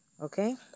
okay